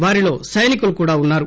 వారిలో సైనికులు కూడా ఉన్నారు